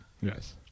Yes